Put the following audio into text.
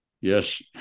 Yes